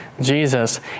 Jesus